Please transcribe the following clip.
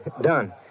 done